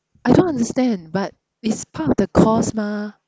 I don't understand but it's part of the cost mah